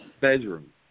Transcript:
bedroom